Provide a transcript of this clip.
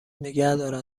نگهدارن